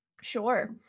Sure